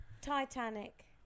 Titanic